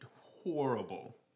horrible